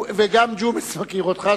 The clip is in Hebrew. וגם ג'ומס מכיר אותך,